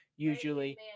Usually